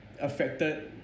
affected